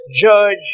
judge